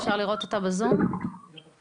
ההכללה של הפטיטיס C שהייתה בשנת 2015 אם אני לא טועה,